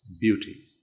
beauty